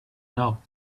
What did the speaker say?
know